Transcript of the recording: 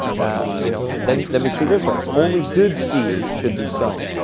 you know then then we see this one only good seed should be sown.